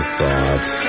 thoughts